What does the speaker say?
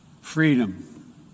Freedom